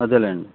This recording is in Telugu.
అదేలెండి